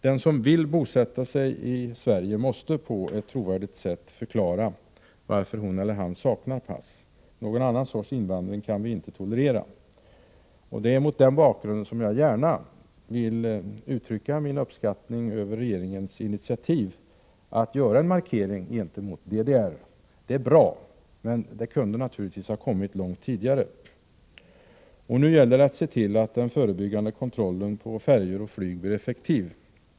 Den som vill bosätta sig i Sverige måste på ett trovärdigt sätt förklara varför hon eller han saknar pass. Något annat slags invandring kan vi inte tolerera. Det är mot den bakgrunden jag gärna vill uttrycka min uppskattning av regeringens initiativ att göra en markering gentemot DDR. Det är bra, men det kunde naturligtvis ha kommit långt tidigare. Nu gäller det att se till att den förebyggande kontrollen på färjor och flyg blir effektiv.